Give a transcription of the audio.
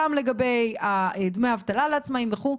גם לגבי דמי אבטלה לעצמאים וכו'.